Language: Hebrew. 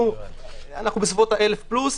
אנחנו בסביבות ה-1,000 פלוס.